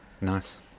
Nice